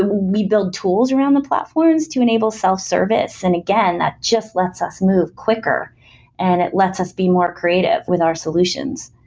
we build tools around the platforms to enable self-service. and again, that just lets us move quicker and it lets us be more creative with our solutions.